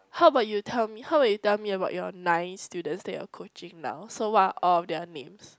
how about you tell me how about you tell me about your nine students that you are coaching now so what are all of their names